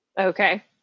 Okay